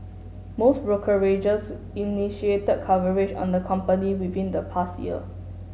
most brokerages initiated coverage on the company within the past year